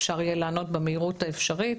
אפשר יהיה לענות במהירות האפשרית.